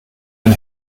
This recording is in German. den